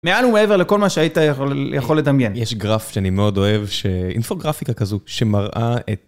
מעל ומעבר לכל מה שהיית יכול לדמיין. יש גרף שאני מאוד אוהב, אינפוגרפיקה כזו שמראה את...